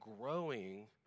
growing